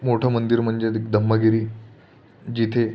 मोठं मंदिर म्हणजे दी धम्मगिरी जेथे